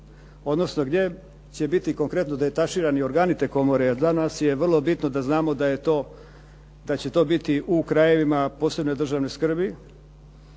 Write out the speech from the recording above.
odnosno gdje će biti konkretno detaširani organi te komore jer danas je vrlo bitno da znamo da će to biti u krajevima posebne državne skrbi,